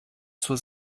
zur